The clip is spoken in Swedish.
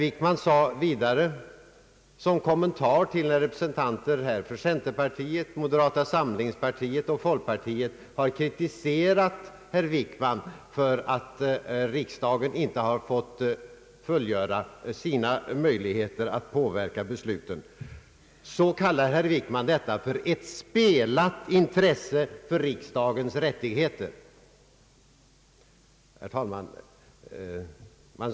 Och när representanter för centerpartiet, moderata samlingspartiet och folkpartiet kritiserar herr Wickman för att riksdagen inte fått utöva sin rätt att påverka besluten, kallar herr Wickman detta ett Spelat intresse för riksdagens rättigheter. Herr talman!